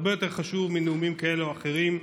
הרבה יותר חשוב מנאומים כאלה או אחרים.